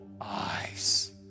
eyes